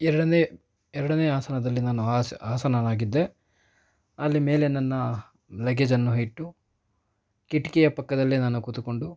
ಎರಡನೇ ಎರಡನೇ ಆಸನದಲ್ಲಿ ನಾನು ಆಸೀನನಾಗಿದ್ದೆ ಅಲ್ಲಿ ಮೇಲೆ ನನ್ನ ಲಗೇಜನ್ನು ಇಟ್ಟು ಕಿಟಕಿಯ ಪಕ್ಕದಲ್ಲೇ ನಾನು ಕೂತುಕೊಂಡು